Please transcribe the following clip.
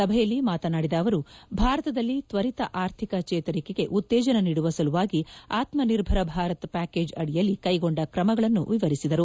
ಸಭೆಯಲ್ಲಿ ಮಾತನಾಡಿದ ಅವರು ಭಾರತದಲ್ಲಿ ತ್ವರಿತ ಆರ್ಥಿಕ ಚೇತರಿಕೆಗೆ ಉತ್ತೇಜನ ನೀಡುವ ಸಲುವಾಗಿ ಆತ್ಮನಿರ್ಬರ ಭಾರತ್ ಪ್ಯಾಕೇಜ್ ಅಡಿಯಲ್ಲಿ ಕೈಗೊಂಡ ಕ್ರಮಗಳನ್ನು ವಿವರಿಸಿದರು